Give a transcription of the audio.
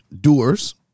doers